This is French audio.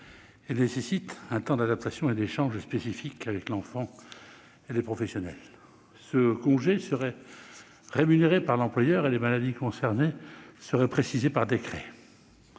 et nécessite un temps d'adaptation et d'échange spécifique avec l'enfant et les professionnels. Ce congé serait rémunéré par l'employeur et les maladies concernées seraient précisées par décret.